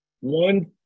One